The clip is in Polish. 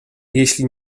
jeśli